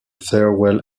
farewell